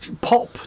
pop